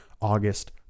August